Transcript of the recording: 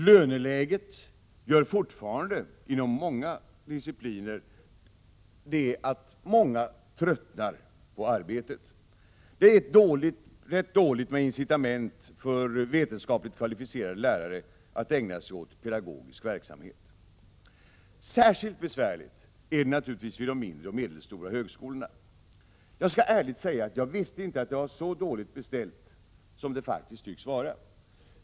Löneläget gör fortfarande att lärare inom många discipliner tröttnar på arbetet. Det är dåligt med incitament för vetenskapligt kvalificerade lärare att ägna sig åt pedagogisk verksamhet. Det är naturligtvis särskilt besvärligt vid de mindre och medelstora högskolorna. Jag skall ärligt säga att jag inte visste att det var så dåligt beställt som det faktiskt tycks vara.